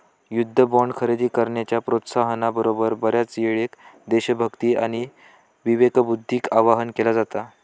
युद्ध बॉण्ड खरेदी करण्याच्या प्रोत्साहना बरोबर, बऱ्याचयेळेक देशभक्ती आणि विवेकबुद्धीक आवाहन केला जाता